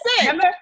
remember